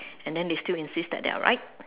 and then they still insist that they are right